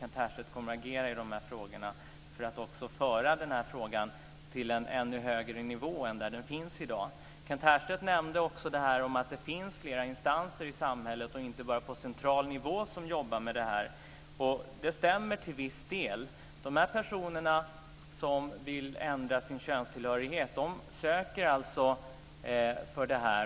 Kent Härstedt kommer att agera i de här frågorna för att också föra dem till en ännu högre nivå än de befinner sig på i dag. Kent Härstedt nämnde också att det finns flera instanser i samhället och att det inte bara är på central nivå som man jobbar med det här. Det stämmer till viss del. De personer som vill ändra sin könstillhörighet söker för detta.